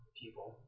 people